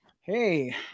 Hey